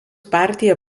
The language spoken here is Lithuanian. partija